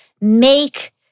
make